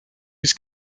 his